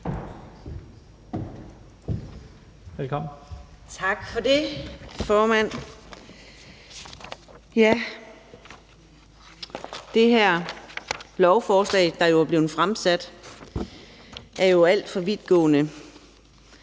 (DD): Tak for det, formand. Det her lovforslag, der er blevet fremsat, er jo alt for vidtgående: